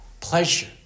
pleasure